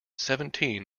seventeen